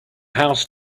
house